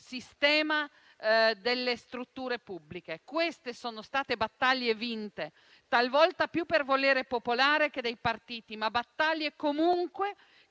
sistema delle strutture pubbliche. Queste sono state battaglie vinte, talvolta più per volere popolare che dei partiti, ma che comunque